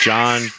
John